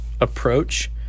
approach